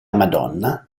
madonna